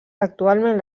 actualment